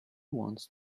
wants